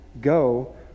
Go